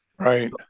right